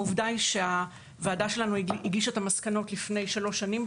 העובדה היא שהוועדה שלנו הגישה את המסקנות לפני שלוש שנים,